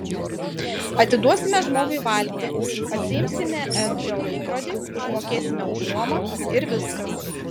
atiduosime žmogui valtį atsiimsime edžio laikrodį užmokėsime už nuomą ir viskas